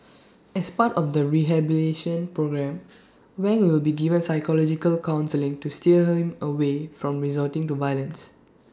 as part of the rehabilitation programme Wang will be given psychological counselling to steer him away from resorting to violence